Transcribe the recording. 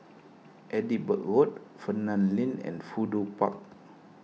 Edinburgh Road Fernvale Link and Fudu Park